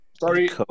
Sorry